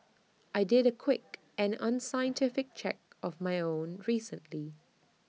I did A quick and unscientific check of my own recently